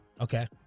Okay